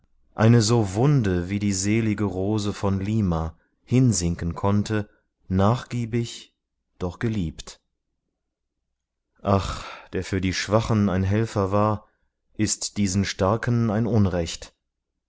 eine so wunde wie die selige rose von lima hinsinken konnte nachgiebig doch geliebt ach der für die schwachen ein helfer war ist diesen starken ein unrecht